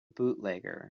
bootlegger